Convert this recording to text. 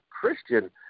Christian